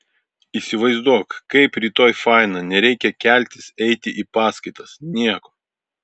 įsivaizduok kaip rytoj faina nereikia keltis eiti į paskaitas nieko